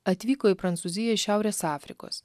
atvyko į prancūziją iš šiaurės afrikos